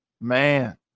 man